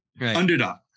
Underdog